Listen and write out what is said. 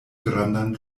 grandan